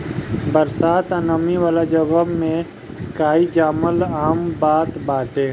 बरसात आ नमी वाला जगह में काई जामल आम बात बाटे